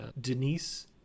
Denise